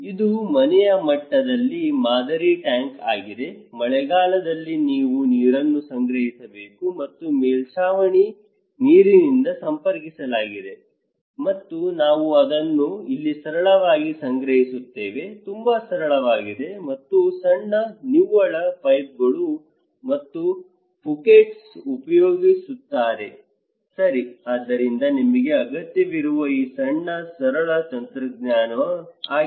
ಇದು ಮನೆಯ ಮಟ್ಟದಲ್ಲಿ ಮಾದರಿ ಟ್ಯಾಂಕ್ ಆಗಿದೆ ಮಳೆಗಾಲದಲ್ಲಿ ನೀವು ನೀರನ್ನು ಸಂಗ್ರಹಿಸಬೇಕು ಮತ್ತು ಮೇಲ್ಛಾವಣಿ ನೀರಿನಿಂದ ಸಂಪರ್ಕಿಸಲಾಗುತ್ತದೆ ಮತ್ತು ನಾವು ಅದನ್ನು ಇಲ್ಲಿ ಸರಳವಾಗಿ ಸಂಗ್ರಹಿಸುತ್ತೇವೆ ತುಂಬಾ ಸರಳವಾಗಿದೆ ಮತ್ತು ಸಣ್ಣ ನಿವ್ವಳ ಪೈಪ್ಗಳು ಮತ್ತು ಫುಕೆಟ್ಗಳು Phukets ಉಪಯೋಗಿಸುತ್ತಾರೆ ಸರಿ ಆದ್ದರಿಂದ ನಿಮಗೆ ಅಗತ್ಯವಿರುವ ಈ ಸಣ್ಣ ಸರಳ ತಂತ್ರಜ್ಞಾನ ಆಗಿದೆ